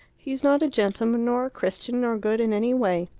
he's not a gentleman, nor a christian, nor good in any way.